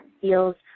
feels